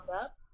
up